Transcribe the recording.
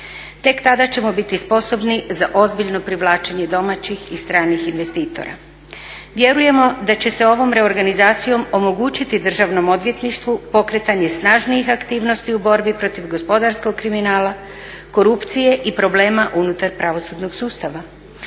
Tek tada ćemo biti sposobni za ozbiljno privlačenje domaćih i stranih investitora. Vjerujemo da će se ovom reorganizacijom omogućiti državnom odvjetništvu pokretanje snažnijih aktivnosti u borbi protiv gospodarskog kriminala, korupcije i problema unutar pravosudnog sustava.